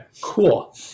cool